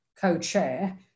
co-chair